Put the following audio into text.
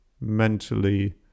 mentally